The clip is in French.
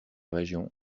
région